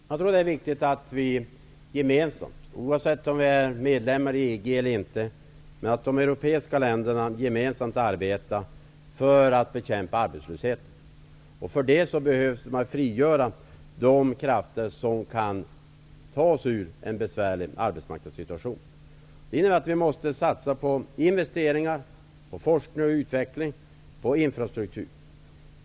Herr talman! Det är viktigt att de europeiska länderna, oavsett om man är medlem i EG eller inte, gemensamt arbetar för att bekämpa arbetslösheten. För det behöver man frigöra de krafter som kan tas ur en besvärlig arbetsmarknadssituation. Det innebär att vi måste satsa på investeringar, på forskning och utveckling samt på infrastruktur.